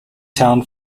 town